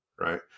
Right